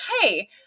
hey